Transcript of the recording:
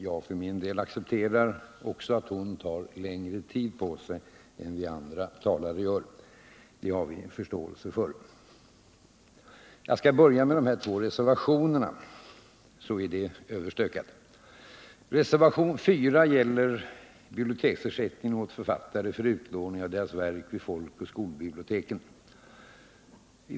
Jag för min del accepterar också att hon tar längre tid på sig än vi andra talare; det har vi förståelse för. Jag skall börja med de två nämnda reservationerna, så är det överstökat.